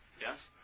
Yes